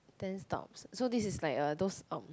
ten stops so this is like uh those um